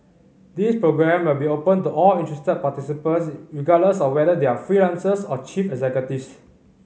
this programme will be open to all interested participants regardless of whether they are freelancers or chief executives